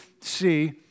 see